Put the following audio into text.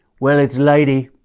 well, it is lighty.